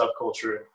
subculture